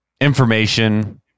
information